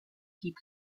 hip